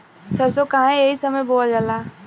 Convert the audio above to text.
सरसो काहे एही समय बोवल जाला?